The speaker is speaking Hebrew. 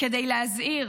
כדי להזהיר,